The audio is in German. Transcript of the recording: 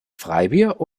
freibier